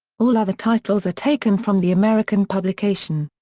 all other titles are taken from the american publication.